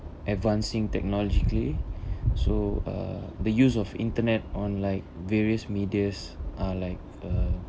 advancing technologically so uh the use of internet on like various medias are like uh